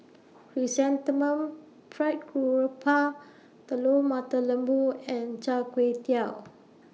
Chrysanthemum Fried Garoupa Telur Mata Lembu and Char Kway Teow